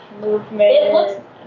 movement